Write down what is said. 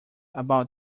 about